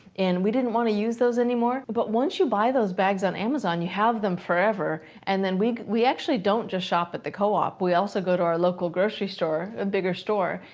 and we didn't wanna use those anymore. but once you buy those bags on amazon, you have them forever. and then, we we actually don't just shop at the co-op. we also go to our local grocery store. a bigger store.